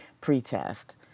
pre-test